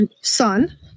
son